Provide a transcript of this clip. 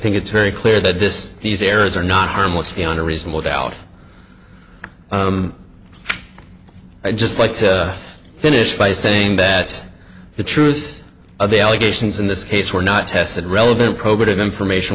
think it's very clear that this these errors are not harmless beyond a reasonable doubt i just like to finish by saying bet the truth of the allegations in this case were not tested relevant probative information